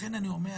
לכן אני אומר,